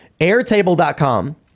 Airtable.com